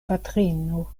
patrino